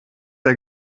der